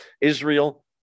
Israel